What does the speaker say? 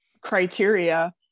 criteria